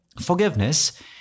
forgiveness